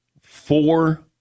four